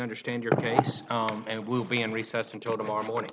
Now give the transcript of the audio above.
understand your case and we'll be in recess until tomorrow morning